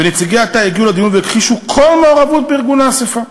ונציגי התא הגיעו לדיון והכחישו כל מעורבות בארגון האספה,